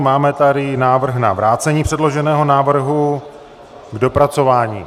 Máme tady návrh na vrácení předloženého návrhu k dopracování.